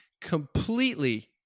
completely